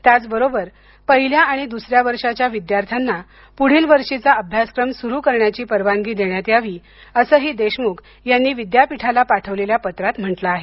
त्याचबरोबर पहिल्या आणि द्सऱ्या वर्षाच्या विद्यार्थ्यांना पुढील वर्षीचा अभ्यासक्रम स्रु करण्याची परवानगी देण्यात यावी असंही देशमुख यांनी विद्यापीठाला पाठवलेल्या पत्रात म्हटलं आहे